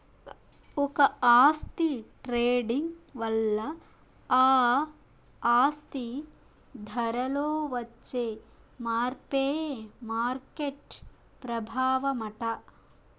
ఒక ఆస్తి ట్రేడింగ్ వల్ల ఆ ఆస్తి ధరలో వచ్చే మార్పే మార్కెట్ ప్రభావమట